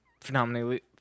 phenomenally